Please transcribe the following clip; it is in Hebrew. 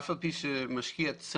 אף על פי שמשקיע צנוע,